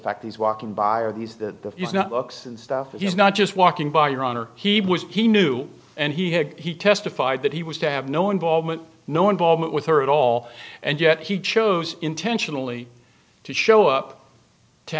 fact he's walking by are these the he's not looks and stuff he's not just walking by your honor he was he knew and he had he testified that he was to have no involvement no involvement with her at all and yet he chose intentionally to show up to